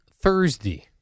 Thursday